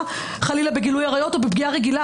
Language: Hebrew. חלילה בגילוי עריות או בפגיעה רגילה.